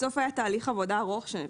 בסוף היה תהליך עבודה ארוך.